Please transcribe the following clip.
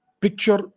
picture